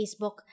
facebook